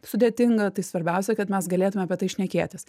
sudėtinga tai svarbiausia kad mes galėtume apie tai šnekėtis